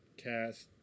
cast